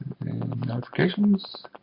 notifications